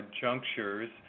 junctures